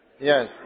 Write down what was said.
Yes